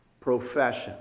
profession